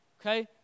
Okay